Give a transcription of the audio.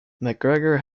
macgregor